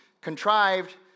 contrived